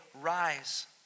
rise